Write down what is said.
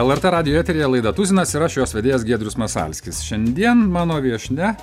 lrt radijo eteryje laida tuzinas ir aš jos vedėjas giedrius masalskis šiandien mano viešnia